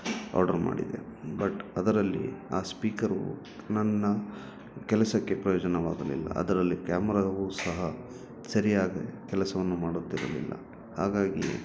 order ಮಾಡಿದೆ but ಅದರಲ್ಲಿ ಆ ಸ್ಪೀಕರು ನನ್ನ ಕೆಲಸಕ್ಕೆ ಪ್ರಯೋಜನವಾಗಲಿಲ್ಲ ಅದರಲ್ಲಿ ಕ್ಯಾಮರಾವು ಸಹ ಸರಿಯಾಗಿ ಕೆಲಸವನ್ನು ಮಾಡುತ್ತಿರಲಿಲ್ಲ ಹಾಗಾಗಿ